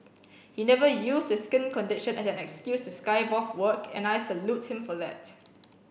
he never used his skin condition as an excuse to skive off work and I salute him for that